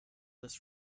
this